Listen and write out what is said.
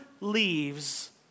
leaves